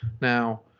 now